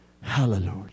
Hallelujah